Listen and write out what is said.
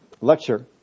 lecture